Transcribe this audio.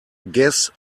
guess